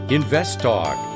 InvestTalk